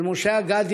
של משה אגדי